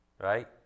right